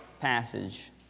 passage